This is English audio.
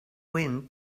wind